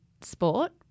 sport